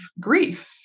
grief